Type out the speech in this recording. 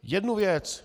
Jednu věc.